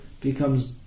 becomes